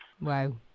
Wow